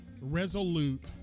resolute